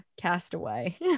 Castaway